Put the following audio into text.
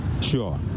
Sure